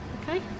Okay